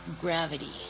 gravity